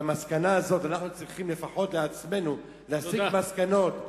שאנחנו צריכים לפחות לעצמנו להסיק מסקנות,